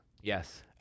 Yes